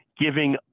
giving